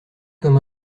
comme